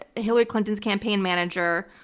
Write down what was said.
hillary clinton's campaign manager,